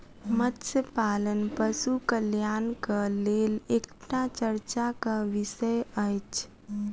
मत्स्य पालन पशु कल्याणक लेल एकटा चर्चाक विषय अछि